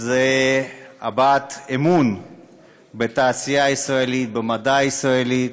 זה הבעת אמון בתעשייה הישראלית, במדע הישראלי.